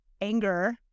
anger